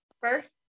first-